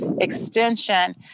extension